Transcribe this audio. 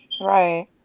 Right